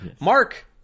Mark